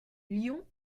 lyon